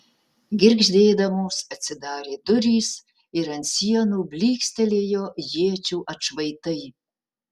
girgždėdamos atsidarė durys ir ant sienų blykstelėjo iečių atšvaitai